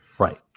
Right